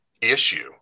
issue